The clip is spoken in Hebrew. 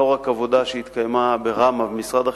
לא רק עבודה שהתקיימה ברמ"ה ובמשרד החינוך,